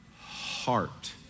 heart